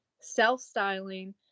self-styling